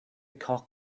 cock